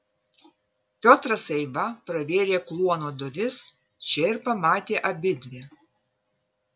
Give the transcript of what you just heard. piotras eiva pravėrė kluono duris čia ir pamatė abidvi